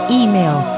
email